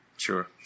Sure